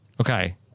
Okay